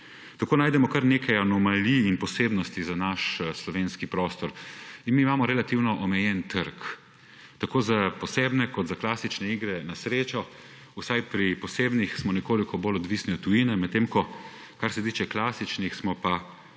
Najdemo kar nekaj anomalij in posebnosti za naš slovenski prostor. Mi imamo relativno omejen trg tako za posebne kot za klasične igre na srečo. Vsaj pri posebnih smo nekoliko bolj odvisni od tujine, medtem ko smo, kar se tiče klasičnih, v